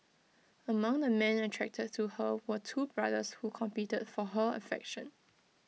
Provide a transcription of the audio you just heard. among the men attracted to her were two brothers who competed for her affection